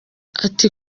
ati